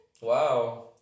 Wow